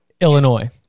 Illinois